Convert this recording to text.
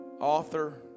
author